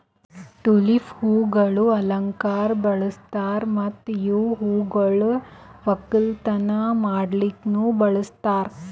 tulip ಹೂವುಗೊಳ್ ಅಲಂಕಾರಕ್ ಬಳಸ್ತಾರ್ ಮತ್ತ ಇವು ಹೂಗೊಳ್ ಒಕ್ಕಲತನ ಮಾಡ್ಲುಕನು ಬಳಸ್ತಾರ್